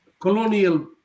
colonial